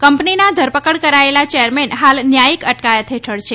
કંપનીના ધરપકડ કરાયેલા ચેરમેન હાલ ન્યાયિક અટકાયત હેઠળ છે